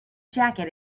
jacket